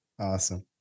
Awesome